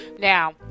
Now